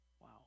Wow